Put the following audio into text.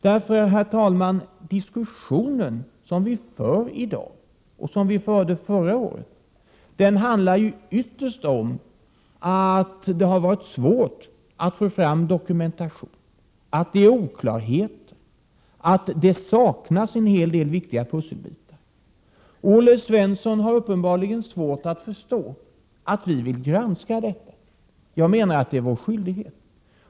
Därför är det så, herr talman, att den diskussion som vi för i dag och som vi förde förra året handlar ytterst om att det har varit svårt att få fram dokumentation, att det är oklarheter, att det saknas en hel del viktiga pusselbitar. Olle Svensson har uppenbarligen svårt att förstå att vi vill granska detta. Jag menar att det är vår skyldighet.